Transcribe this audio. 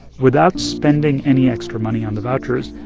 without spending any extra money on the vouchers,